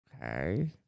Okay